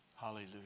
Hallelujah